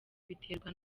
biterwa